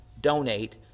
donate